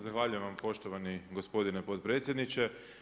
Zahvaljujem vam poštovani gospodine potpredsjedniče.